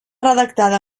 redactada